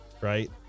right